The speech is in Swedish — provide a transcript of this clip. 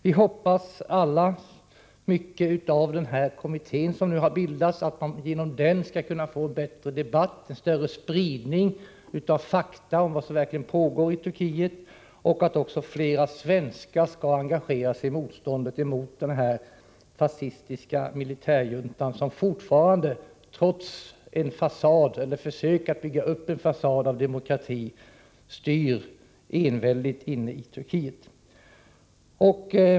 Vi hoppas alla mycket på den kommitté som har bildats och att man genom den skall kunna få en bättre debatt och större spridning av fakta om vad som verkligen pågår i Turkiet och att också fler svenskar skall engagera sig i motståndet mot den fascistiska militärjuntan, som fortfarande, trots försök att bygga upp en fasad av demokrati, styr enväldigt i Turkiet.